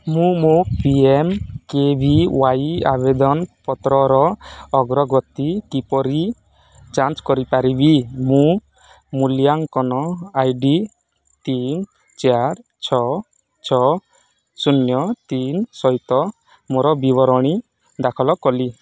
ମୁଁ ମୋ P M K V Y ଆବେଦନ ପତ୍ରର ଅଗ୍ରଗତି କିପରି ଯାଞ୍ଚ କରିପାରିବି ମୁଁ ମୂଲ୍ୟାଙ୍କନ ଆଇ ଡ଼ି ତିନି ଚାରି ଚାରି ଛଅ ଛଅ ଶୂନ୍ୟ ତିନି ସହିତ ମୋର ବିବରଣୀ ଦାଖଲ କଲି